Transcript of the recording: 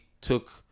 took